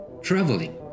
traveling